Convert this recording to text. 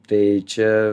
tai čia